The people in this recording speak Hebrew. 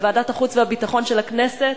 בוועדת החוץ והביטחון של הכנסת